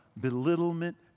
belittlement